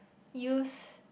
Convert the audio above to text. use